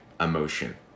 emotion